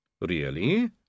Really